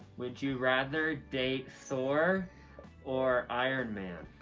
would you rather date thor or ironman? ah,